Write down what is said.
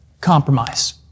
compromise